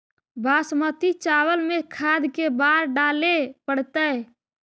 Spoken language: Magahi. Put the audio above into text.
बासमती चावल में खाद के बार डाले पड़तै?